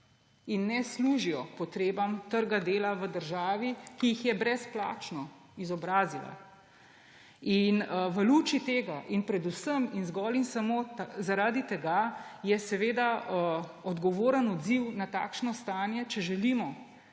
in ne služijo potrebam trga dela v državi, ki jih je brezplačno izobrazila. V luči tega in predvsem in zgolj in samo zaradi tega je seveda odgovoren odziv na takšno stanje, če želimo